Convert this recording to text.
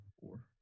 Four